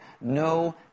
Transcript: No